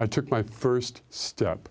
i took my st step